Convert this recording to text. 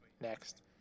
next